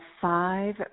five